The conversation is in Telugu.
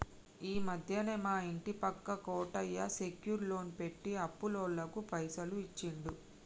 ఈ మధ్యనే మా ఇంటి పక్క కోటయ్య సెక్యూర్ లోన్ పెట్టి అప్పులోళ్లకు పైసలు ఇచ్చిండు